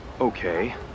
Okay